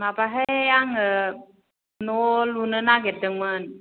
माबाहाय आङो न' लुनो नागेरदोंमोन